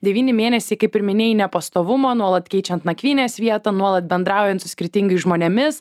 devyni mėnesiai kaip ir minėjai nepastovumą nuolat keičiant nakvynės vietą nuolat bendraujant su skirtingais žmonėmis